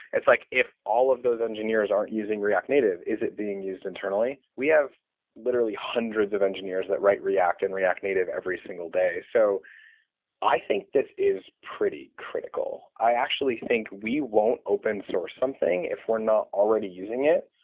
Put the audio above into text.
it's like if all of those engineers aren't using react native, is it being used internally? we have literally hundreds of engineers that write react in and react native every single day. so i think this is pretty critical. i actually think we won't open-source something if we're not already using it,